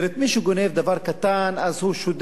מי שגונב דבר קטן אז הוא שודד,